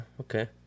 okay